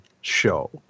show